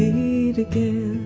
yeah meet again